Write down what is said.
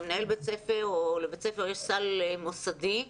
לבית הספר יש סל מוסדי,